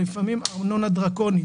לפעמים ארנונה דרקונית.